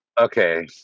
Okay